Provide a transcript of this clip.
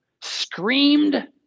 Screamed